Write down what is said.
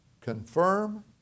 confirm